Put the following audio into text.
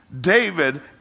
David